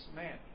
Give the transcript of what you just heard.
man